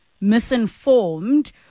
misinformed